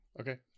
Okay